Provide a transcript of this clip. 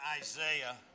Isaiah